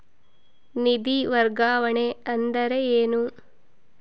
ನಿಧಿ ವರ್ಗಾವಣೆ ಅಂದರೆ ಏನು?